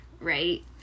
right